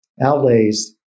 outlays